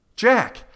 Jack